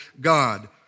God